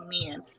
men